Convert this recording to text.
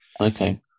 Okay